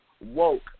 woke